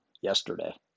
yesterday